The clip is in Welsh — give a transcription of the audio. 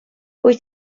wyt